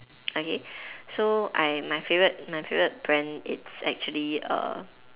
okay so I my favorite my favorite brand it's actually err